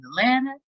Atlanta